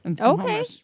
Okay